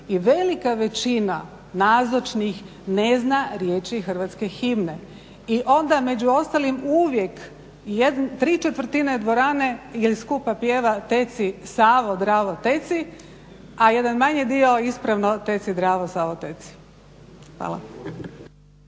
i velika većina nazočnih ne zna riječi hrvatske himne. I onda među ostalim uvijek ¾ dvorane skupa pjeva "Teci Savo, Dravo teci", a jedan manji dio ispravno "Teci Dravo, Savo teci". Hvala.